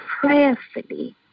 prayerfully